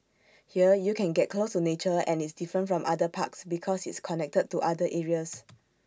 here you can get close to nature and it's different from other parks because it's connected to other areas